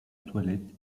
toilette